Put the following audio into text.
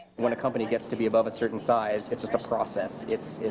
when a company gets to be above a certain size, it's just a process, it's